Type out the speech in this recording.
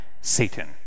Satan